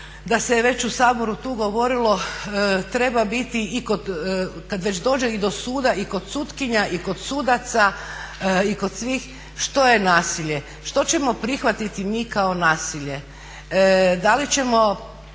se je već u Saboru tu govorilo treba biti i kod, kad već dođe i do suda i kod sutkinja i kod sudaca i kod svih što je nasilje. Što ćemo prihvatiti mi kao nasilje. Da li ćemo